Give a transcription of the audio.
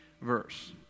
verse